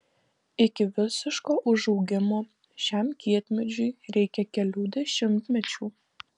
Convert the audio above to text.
iki visiško užaugimo šiam kietmedžiui reikia kelių dešimtmečių